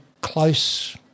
close